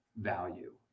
value